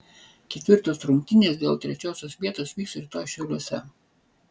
ketvirtos rungtynės dėl trečiosios vietos vyks rytoj šiauliuose